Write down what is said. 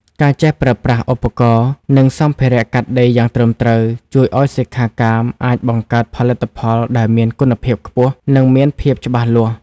ការចេះប្រើប្រាស់ឧបករណ៍ និងសម្ភារៈកាត់ដេរយ៉ាងត្រឹមត្រូវ ជួយឱ្យសិក្ខាកាមអាចបង្កើតផលិតផលដែលមានគុណភាពខ្ពស់ និងមានភាពច្បាស់លាស់។